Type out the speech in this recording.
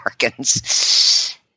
Americans